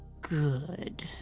Good